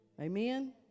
Amen